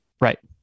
Right